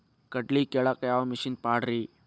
ಕಡ್ಲಿ ಕೇಳಾಕ ಯಾವ ಮಿಷನ್ ಪಾಡ್ರಿ?